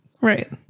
Right